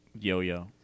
yo-yo